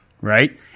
right